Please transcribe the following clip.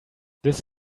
this